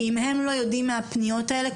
כי אם הם לא יודעים על הפניות האלה,